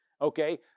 okay